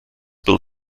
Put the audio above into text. built